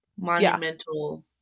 monumental